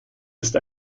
ist